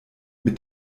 mit